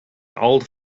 old